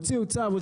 הוציאו צו,